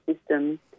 system